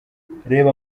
reba